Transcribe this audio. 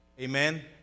amen